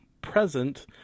present